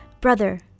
brother